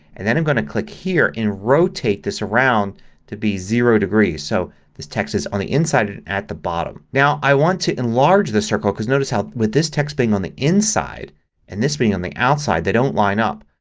and then i'm going to click here and rotate this around to be zero degrees. so this text is on the inside and at the bottom. now i want to enlarge the circle because notice how, with this text being on the inside and this being on the outside, they don't line up.